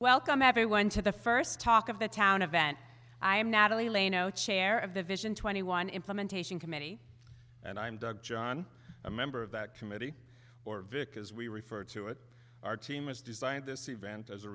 welcome everyone to the first talk of the town of bent i'm natalie lane oh chair of the vision twenty one implementation committee and i'm doug john a member of that committee or vic as we refer to it our team has designed this event as a